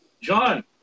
John